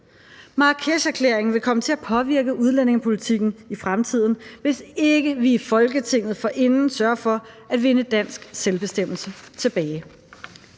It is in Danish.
Marrakesherklæringen vil komme til at påvirke udlændingepolitikken i fremtiden, hvis ikke vi i Folketinget forinden sørger for at vinde dansk selvbestemmelse tilbage.